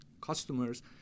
customers